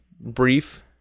brief